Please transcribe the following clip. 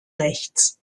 rechts